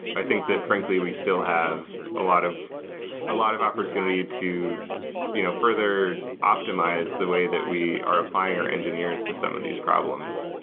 i think that, frankly, we still have a lot of ah lot of opportunity to you know further optimize the way that we are applying our engineers to some of these problems.